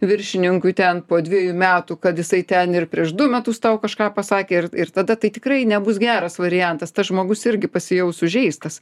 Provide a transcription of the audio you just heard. viršininkui ten po dviejų metų kad jisai ten ir prieš du metus tau kažką pasakė ir ir tada tai tikrai nebus geras variantas tas žmogus irgi pasijaus sužeistas